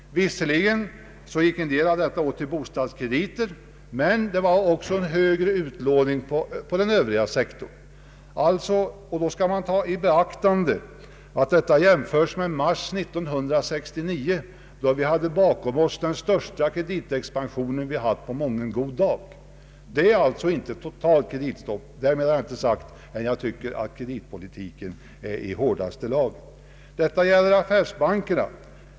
Visserligen gick en del av lånen åt till bostadskrediter, men det var också en högre utlåning på den övriga sektorn. Då bör man ta i beaktande att jämförelsen görs med utlåningen i mars 1969, då vi hade bakom oss den största kreditexpansion som vi haft på mången god dag. Jag vill alltså säga, att det inte råder något totalt kreditstopp, men Ang. den ekonomiska politiken, m.m. att jag tycker att kreditpolitiken är i det hårdaste laget. Detta gäller alltså affärsbankerna.